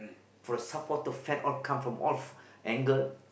for the supporter fans all come from all angle